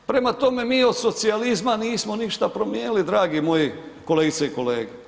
Prema tome, mi od socijalizma nismo ništa promijenili, dragi moji kolegice i kolege.